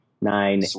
nine